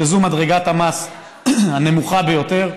שזו מדרגת המס הנמוכה ביותר.